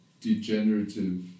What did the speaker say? degenerative